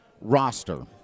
roster